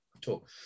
talk